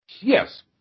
Yes